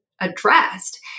addressed